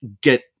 get